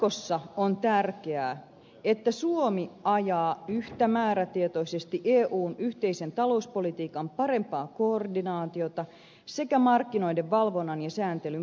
jatkossa on tärkeää että suomi ajaa yhtä määrätietoisesti eun yhteisen talouspolitiikan parempaa koordinaatiota sekä markkinoiden valvonnan ja sääntelyn parantamista